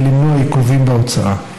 כדי למנוע עיכובים בהוצאה.